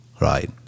right